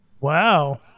Wow